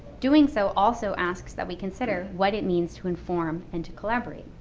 doing so also asks that we consider what it means to inform and to collaborate.